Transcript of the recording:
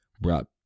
brought